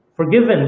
Forgiven